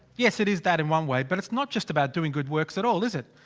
yes it is that in one way, but it's not just about doing good works at all is it?